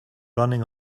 running